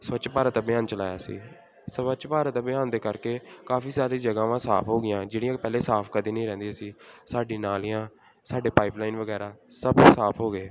ਸਵੱਛ ਭਾਰਤ ਅਭਿਆਨ ਚਲਾਇਆ ਸੀ ਸਵੱਛ ਭਾਰਤ ਅਭਿਆਨ ਦੇ ਕਰਕੇ ਕਾਫੀ ਸਾਰੀ ਜਗ੍ਹਾਵਾਂ ਸਾਫ ਹੋ ਗਈਆਂ ਜਿਹੜੀਆਂ ਕਿ ਪਹਿਲੇ ਸਾਫ ਕਦੀ ਨਹੀਂ ਰਹਿੰਦੀਆਂ ਸੀ ਸਾਡੀ ਨਾਲੀਆਂ ਸਾਡੇ ਪਾਈਪਲਾਈਨ ਵਗੈਰਾ ਸਭ ਸਾਫ ਹੋ ਗਏ